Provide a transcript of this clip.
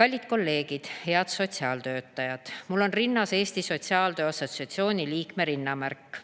Kallid kolleegid! Head sotsiaaltöötajad! Mul on rinnas Eesti Sotsiaaltöö Assotsiatsiooni liikme rinnamärk.